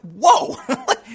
whoa